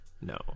No